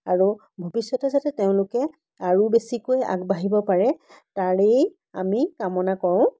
আৰু ভৱিষ্যতে যাতে তেওঁলোকে আৰু বেছিকৈ আগবাঢ়িব পাৰে তাৰেই আমি কামনা কৰোঁ